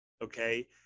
Okay